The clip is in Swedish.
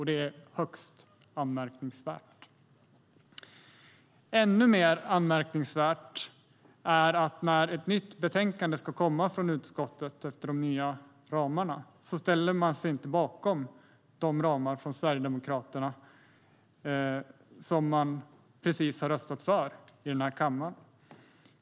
Det är högst anmärkningsvärt. Ännu mer anmärkningsvärt är att när ett nytt betänkande ska komma från utskottet efter de nya ramarna ställer man sig inte bakom de ramar som Sverigedemokraterna precis har röstat för i kammaren.